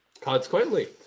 Consequently